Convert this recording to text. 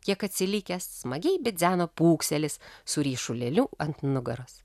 kiek atsilikęs smagiai bidzeno pūkselis su ryšulėliu ant nugaros